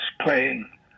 playing